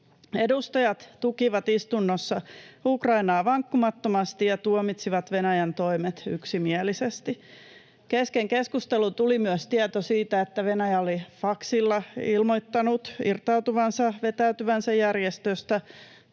Edustajat tukivat istunnossa Ukrainaa vankkumattomasti ja tuomitsivat Venäjän toimet yksimielisesti. Kesken keskustelun tuli myös tieto siitä, että Venäjä oli faksilla ilmoittanut irtautuvansa, vetäytyvänsä, järjestöstä.